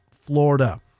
Florida